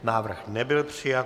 Návrh nebyl přijat.